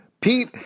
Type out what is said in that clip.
Pete